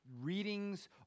readings